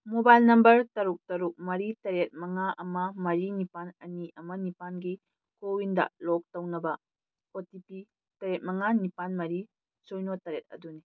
mobile number ꯇꯔꯨꯛ ꯇꯔꯨꯛ ꯃꯔꯤ ꯇꯔꯦꯠ ꯃꯉꯥ ꯑꯃ ꯃꯔꯤ ꯅꯤꯄꯥꯜ ꯑꯅꯤ ꯑꯃ ꯅꯤꯄꯥꯜꯒꯤ ꯀꯣꯋꯤꯟꯗ ꯂꯣꯛ ꯇꯧꯅꯕ ꯑꯣ ꯇꯤ ꯄꯤ ꯇꯔꯦꯠ ꯃꯉꯥ ꯅꯤꯄꯥꯜ ꯃꯔꯤ ꯁꯤꯅꯣ ꯇꯔꯦꯠ ꯑꯗꯨꯅꯤ